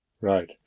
Right